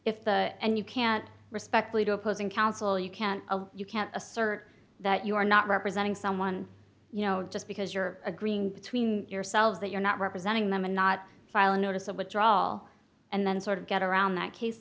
if the and you can't respectfully to opposing counsel you can't you can't assert that you are not representing someone you know just because you're agreeing between yourselves that you're not representing them and not file a notice of withdraw all and then sort of get around that case